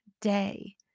day